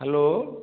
hello